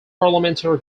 parliamentary